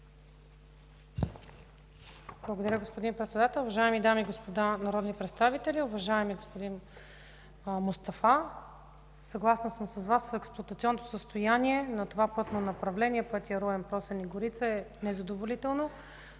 Благодаря, господин Председател. Уважаеми дами и господа народни представители, уважаеми господин Мустафа! Съгласна съм с Вас, експлоатационното състояние на това пътно направление – пътя Руен – Просеник – Горица, е незадоволително.